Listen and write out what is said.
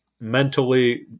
mentally